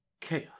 chaos